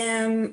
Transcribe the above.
אני אפרט: